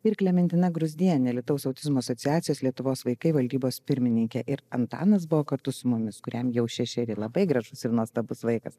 ir klementina gruzdiene alytaus autizmo asociacijos lietuvos vaikai valdybos pirmininke ir antanas buvo kartu su mumis kuriam jau šešeri labai gražus ir nuostabus vaikas